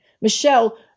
michelle